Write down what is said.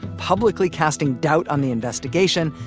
publicly casting doubt on the investigation,